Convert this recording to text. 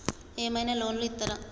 ఏమైనా లోన్లు ఇత్తరా?